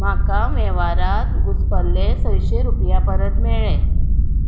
म्हाका वेव्हारान घुसपल्ले सयशीं रुपया परत मेळ्ळे